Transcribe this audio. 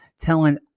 telling